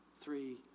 three